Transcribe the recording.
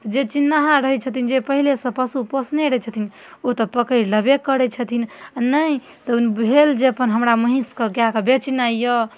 जे चिन्नाहर रहै छथिन जे पहिले सँ पशु पोसने रहै छथिन ओ तऽ पकैड़ि लेबे करै छथिन नहि तऽ भेल जे हमरा महीषके गायके बेचनाइ यऽ